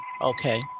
Okay